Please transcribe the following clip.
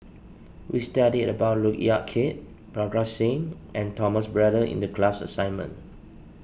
we studied about Look Yan Kit Parga Singh and Thomas Braddell in the class assignment